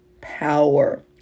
power